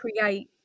create